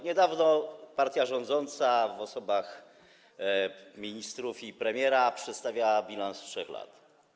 Niedawno partia rządząca w osobach ministrów i premiera przedstawiała bilans 3 lat.